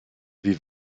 wie